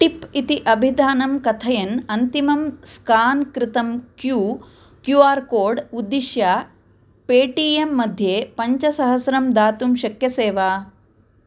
tip इति अभिधानं कथयन् अन्तिमं स्कान् कृतं क्यू आर् कोड् उद्दिश्य पेटीएम् मध्ये पञ्च सहसं दातुं शक्यसे वा